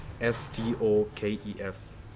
S-T-O-K-E-S